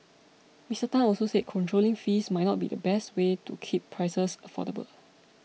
Mister Tan also said controlling fees might not be the best way to keep prices affordable